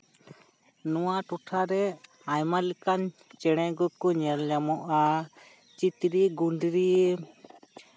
ᱱᱚᱣᱟ ᱴᱚᱴᱷᱟ ᱨᱮ ᱟᱭᱢᱟ ᱞᱮᱠᱟᱱ ᱪᱮᱬᱮ ᱠᱚᱠᱚ ᱧᱮᱞᱧᱟᱢᱚᱜᱼᱟ ᱪᱤᱛᱨᱤ ᱜᱩᱸᱰᱨᱤ